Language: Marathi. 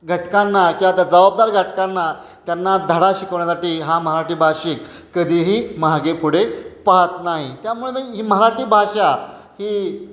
घटकांना किंवा त्या जबाबदार घटकांना त्यांना धडा शिकवण्यासाठी हा मराठी भाषिक कधीही मागे पुढे पाहत नाही त्यामुळे मग ही मराठी भाषा ही